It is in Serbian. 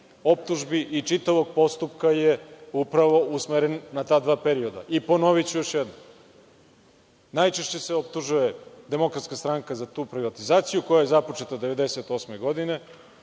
optužbi i čitavog postupka je upravo usmeren na ta dva perioda. Ponoviću još jednom, najčešće se optužuje DS za tu privatizaciju, koja je započeta 1998. godine,